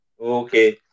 Okay